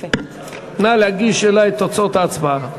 נא להגיש אלי את תוצאות ההצבעה.